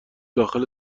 داخل